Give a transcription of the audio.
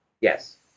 Yes